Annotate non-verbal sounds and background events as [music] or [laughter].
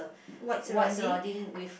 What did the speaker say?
white surrounding [breath]